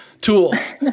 Tools